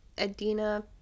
adina